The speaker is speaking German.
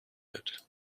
wird